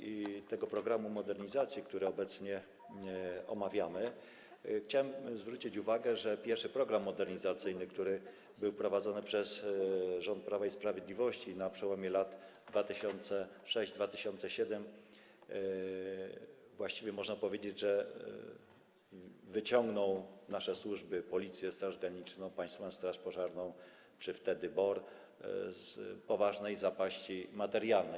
Przy realizacji tego programu modernizacji, który obecnie omawiamy, chciałem zwrócić uwagę, że jeśli chodzi o pierwszy program modernizacyjny, który był wprowadzony przez rząd Prawa i Sprawiedliwości na przełomie lat 2006 i 2007, to właściwie można powiedzieć, że wyciągnął on nasze służby - Policję, Straż Graniczną, Państwową Straż Pożarną czy wtedy BOR - z poważnej zapaści materialnej.